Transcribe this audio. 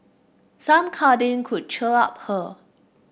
some cuddling could cheer her up